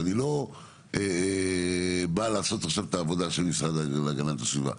ואני לא בא לעשות עכשיו את העבודה של המשרד להגנת הסביבה,